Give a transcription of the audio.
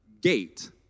gate